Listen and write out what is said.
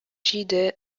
җиде